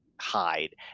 hide